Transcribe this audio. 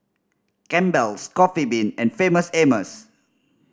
Campbell's Coffee Bean and Famous Amos